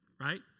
right